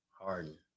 harden